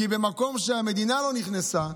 כי במקום שהמדינה לא נכנסה,